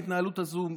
ההתנהלות הזו,